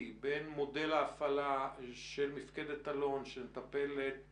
בין מודל ההפעלה של מפקדת אלון שמטפלת